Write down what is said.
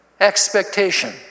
expectation